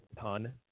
ton